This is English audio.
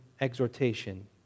exhortation